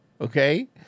okay